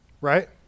right